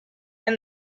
and